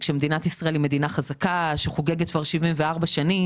שמדינת ישראל היא מדינה חזקה שחוגגת כבר 74 שנים.